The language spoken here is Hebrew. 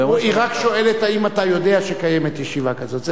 היא רק שואלת אם אתה יודע שקיימת ישיבה הזאת,